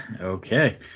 Okay